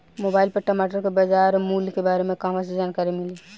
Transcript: Mobile पर टमाटर के बजार मूल्य के बारे मे कहवा से जानकारी मिली?